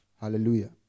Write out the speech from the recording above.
Hallelujah